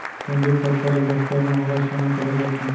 तेंदूपत्ता ल बस्तर म हरा सोना कहे जाथे